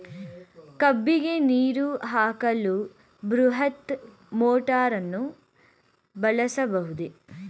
ಕಬ್ಬಿಗೆ ನೀರು ಹಾಕಲು ಬೃಹತ್ ಮೋಟಾರನ್ನು ಬಳಸಬಹುದೇ?